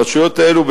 הרשויות האלו,